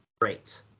great